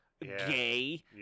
gay